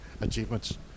achievements